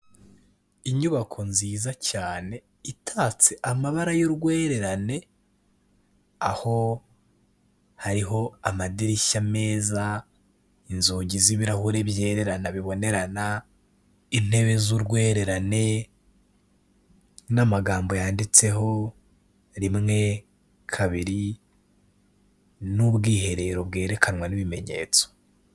Inyubako nziza cyane itatse amabara y'urwererane, aho hariho amadirishya meza, inzugi z'ibirahuri byererana bibonerana, intebe z'urwererane n'amagambo yanditseho, rimwe, kabiri n'ubwiherero bwerekanwa n'ibimenyetso.